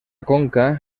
conca